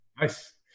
Nice